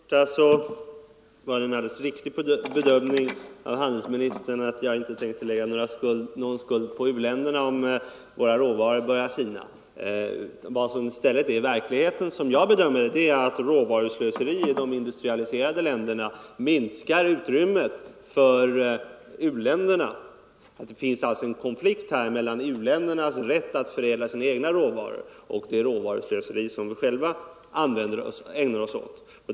Herr talman! Det var en alldeles riktig bedömning av handelsministern att jag inte tänker lägga skulden på u-länderna om våra råvarutillgångar börjar sina. Verkligheten är i stället, som jag bedömer det, att råvaruslöseriet i de industrialiserade länderna minskar utrymmet för u-länderna. Det finns alltså en konflikt här mellan u-ländernas rätt att förädla sina egna råvaror och det råvaruslöseri som vi själva ägnar oss åt.